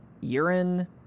urine